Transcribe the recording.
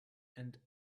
and